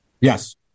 Yes